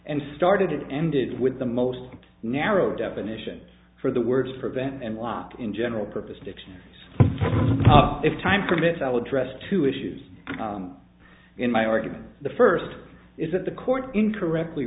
and started it ended with the most narrow definitions for the words prevent and lock in general purpose dictionaries if time permits i'll address two issues in my argument the first is that the court incorrectly